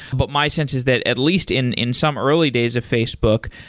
but my sense is that at least in in some early days of facebook,